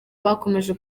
bakomeje